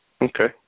Okay